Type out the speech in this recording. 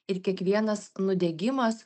ir kiekvienas nudegimas